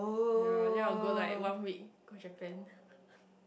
ya ya I will go like one week go Japan